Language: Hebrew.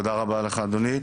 אוקיי, תודה רבה לך אדוני.